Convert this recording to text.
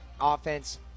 offense